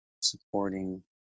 supporting